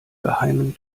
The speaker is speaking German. geheimen